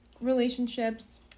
relationships